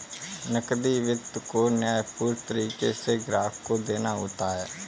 नकदी वित्त को न्यायपूर्ण तरीके से ग्राहक को देना होता है